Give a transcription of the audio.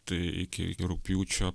tai iki rugpjūčio